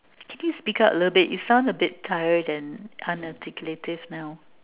can you speak up a little bit you sound a bit tired and unarticulative now